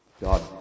God